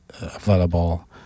available